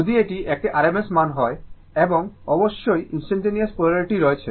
যদি এটি একটি rms মান হয় এবং অবশ্যই ইনস্টানটানেওয়াস পোলারিটি রয়েছে